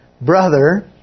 brother